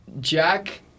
Jack